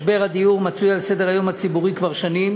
משבר הדיור מצוי על סדר-היום הציבורי כבר שנים,